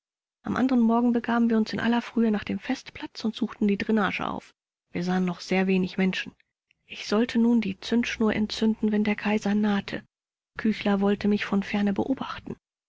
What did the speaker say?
am anderen morgen begaben wir uns in aller frühe nach dem festplatz und suchten die dränage auf wir sahen noch sehr wenig menschen ich sollte nun die zündschnur entzünden wenn der kaiser nahte küchler wollte mich von ferne beobachten